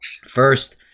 first